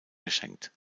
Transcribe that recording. geschenkt